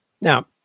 Now